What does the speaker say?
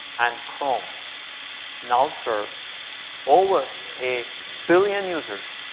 and chrome now serve over a billion users